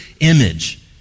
image